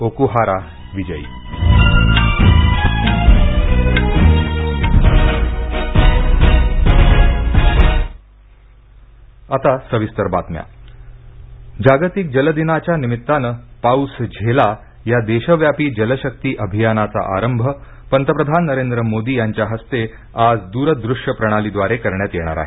Okuhara विजयी जल शक्ति अभियान जागतिक जल दिनाच्या निमित्तानं पाऊस झेला या देशव्यापी जलशक्ति अभियानाचा आरंभ पंतप्रधान नरेंद्र मोदी यांच्या हस्ते आज द्रदृष्य प्रणालीद्वारे करण्यात येणार आहे